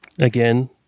Again